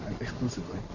exclusively